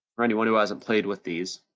for anyone who hasn't played with these,